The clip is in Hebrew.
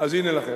אז הנה לכם.